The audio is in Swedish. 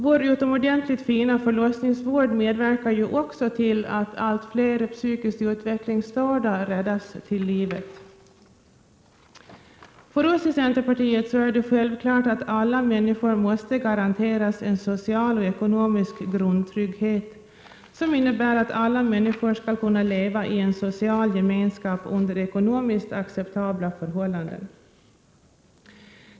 Vår utomordentligt fina förlossningsvård medverkar ju också till att allt fler psykiskt utvecklingsstörda räddas till livet. För oss i centerpartiet är det självklart att alla människor måste garanteras en social och ekonomisk grundtrygghet, som innebär att alla människor skall kunna leva i en social gemenskap under ekonomiskt acceptabla förhållanden.